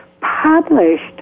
published